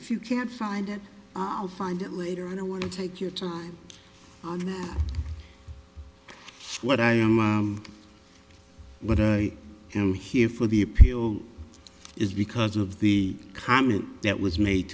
if you can't find it i'll find it later and i want to take your time on that what i am what i am here for the appeal is because of the comment that was made